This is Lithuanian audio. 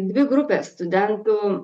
dvi grupės studentų